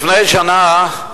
לפני שנה,